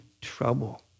trouble